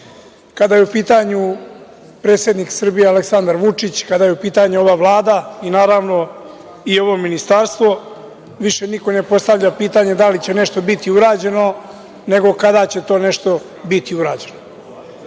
kada je u pitanju predsednik Srbije Aleksandar Vučić, kada je u pitanju ova Vlada i naravno i ovo Ministarstvo, više niko ne postavlja pitanje da li će nešto biti urađeno, nego kada će to nešto biti urađeno. Set